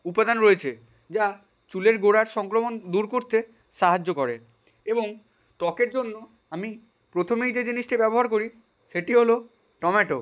উপাদান রয়েছে যা চুলের গোড়ার সংক্রমণ দূর করতে সাহায্য করে এবং ত্বকের জন্য আমি প্রথমেই যে জিনিসটি ব্যবহার করি সেটি হলো টমেটো